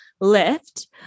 lift